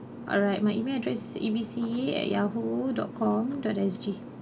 alright my email address is A B C at yahoo dot com dot S G